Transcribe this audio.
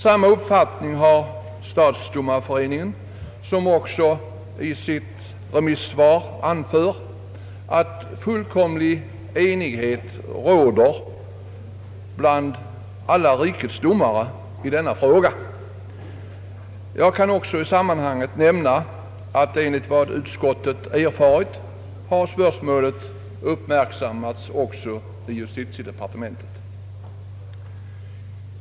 Samma uppfattning har Stadsdomarföreningen, som också i sitt remissvar anför att fullkomlig enighet råder bland alla rikets domare i denna fråga. Jag kan även i sammanhanget nämna att enligt vad ut skottet erfarit har spörsmålet uppmärksammats i justitiedepartementet.